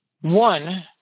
one